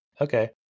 Okay